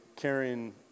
carrying